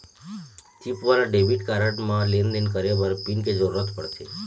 chip वाला debit card म लेन देन करे बर पिन के जरूरत परथे